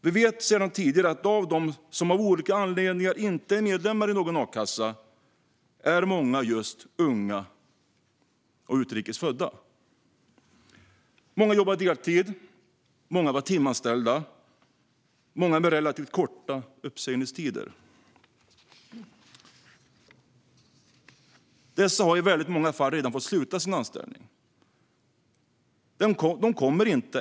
Vi vet sedan tidigare att av dem som av olika anledningar inte är medlemmar i någon a-kassa är många just unga och utrikes födda. Många jobbade deltid. Många var timanställda. Många hade relativt korta uppsägningstider. Dessa har i väldigt många fall redan fått sluta sina anställningar.